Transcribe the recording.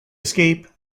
escape